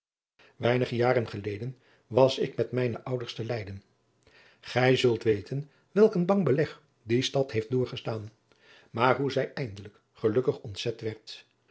weinige jaren geleden was ik met mijne ouders te leyden gij zult weten welk een bang beleg die stad heeft doorgestaan maar hoe zij eindelijk gelukkig ontzet werd